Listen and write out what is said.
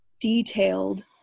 detailed